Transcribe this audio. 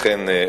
אכן,